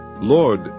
Lord